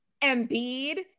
Embiid